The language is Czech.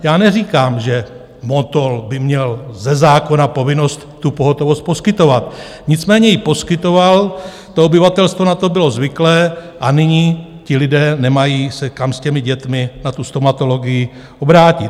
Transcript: Já neříkám, že Motol by měl ze zákona povinnost tu pohotovost poskytovat, nicméně ji poskytoval, obyvatelstvo na to bylo zvyklé a nyní ti lidé nemají se kam s těmi dětmi na stomatologii obrátit.